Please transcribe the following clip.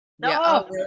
No